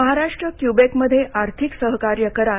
महाराष्ट्र क्युबेकमध्ये आर्थिक सहकार्य करार